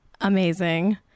Amazing